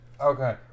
Okay